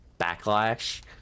backlash